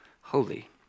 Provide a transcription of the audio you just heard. holy